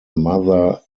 mother